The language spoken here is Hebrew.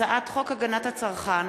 הצעת חוק הגנת הצרכן